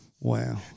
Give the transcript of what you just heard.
Wow